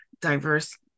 diverse